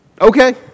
Okay